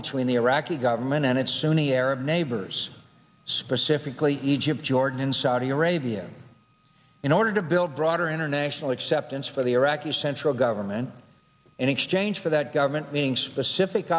between the iraqi government and its sunni arab neighbors specifically egypt jordan saudi arabia in order to build broader international acceptance for the iraqi central government in exchange for that government meaning specific